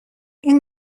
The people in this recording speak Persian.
این